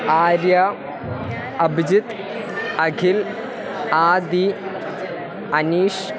आर्यः अभिजितः अखिलः आदिः अनीशः